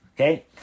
Okay